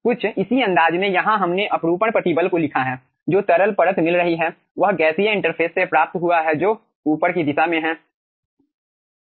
कुछ इसी अंदाज में यहां हमने अपरूपण प्रतिबल को लिखा है जो तरल परत मिल रही है वह गैसीय इंटरफ़ेस से प्राप्त हुआ है जो ऊपर की दिशा में है